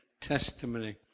testimony